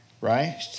right